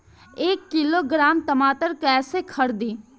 एक किलोग्राम टमाटर कैसे खरदी?